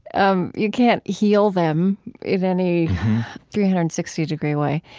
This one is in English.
um you can't heal them in any three hundred and sixty degree way.